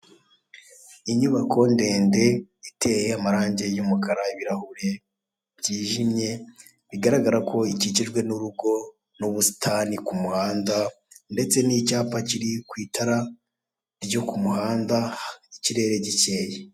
Inyubako ndende iteye amarange y'umukara, ibirahuri byijimye, bigaragara ko ikikijwe n'urugo n'ubusitani ku muhanda, ndetse n'icyapa kiri ku itara ryo ku muhanda, ikirere gikeye.